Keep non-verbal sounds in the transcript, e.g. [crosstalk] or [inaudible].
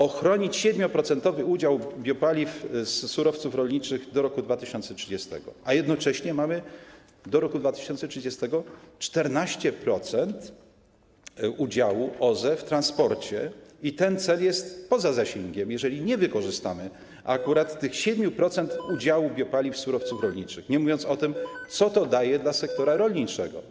Ochronić 7-procentowy udział biopaliw z surowców rolniczych do roku 2030, a jednocześnie mamy do roku 2030 14% udziału OZE w transporcie i ten cel jest poza zasięgiem, jeżeli nie wykorzystamy akurat tych [noise] 7% udziału biopaliw z surowców rolniczych, nie mówiąc o tym, co to daje dla sektora rolniczego.